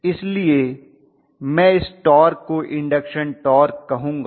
इसलिए मैं इस टॉर्क को इंडक्शन टॉर्क कहूंगा